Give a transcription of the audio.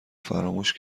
فراموش